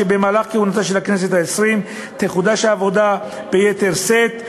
שבמהלך כהונתה של הכנסת העשרים תחודש העבודה ביתר שאת,